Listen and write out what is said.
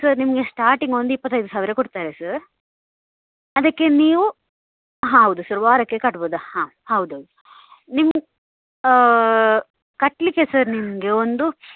sir ನಿಮಗೆ starting ಒಂದು ಇಪ್ಪತ್ತೈದು ಸಾವಿರ ಕೊಡ್ತಾರೆ ಸರ್ ಅದಕ್ಕೆ ನೀವು ಹೌದು ಸರ್ ವಾರಕ್ಕೆ ಕಟ್ಬೌದು ಹಾಂ ಹೌದೌದು ನಿಮ್ಮ ಕಟ್ಟಲಿಕ್ಕೆ ಸರ್ ನಿಮಗೆ ಒಂದು